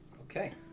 Okay